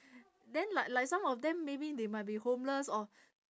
then like like some of them maybe they might be homeless or